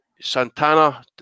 Santana